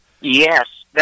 Yes